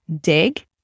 dig